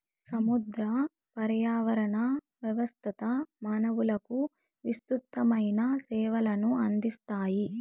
సముద్ర పర్యావరణ వ్యవస్థ మానవులకు విసృతమైన సేవలను అందిస్తాయి